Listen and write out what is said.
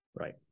right